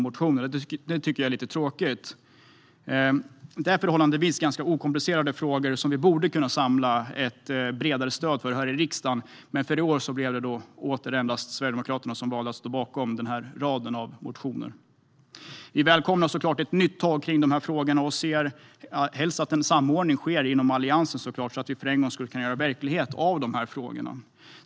Det tycker jag är lite tråkigt. Detta är förhållandevis okomplicerade frågor som vi borde kunna samla ett bredare stöd för här i riksdagen, men i år blev det återigen endast Sverigedemokraterna som valde att stå bakom denna rad av motioner. Vi välkomnar såklart ett nytt tag kring de här frågorna och ser helst att en samordning sker inom Alliansen, så att vi för en gångs skull kan göra verklighet av dessa förslag.